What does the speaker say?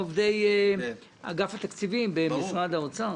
עובדי אגף התקציבים במשרד האוצר,